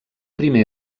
primer